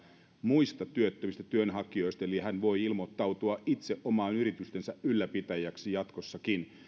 muista työttömistä työnhakijoista eli hän voi ilmoittautua itse oman yrityksensä ylläpitäjäksi jatkossakin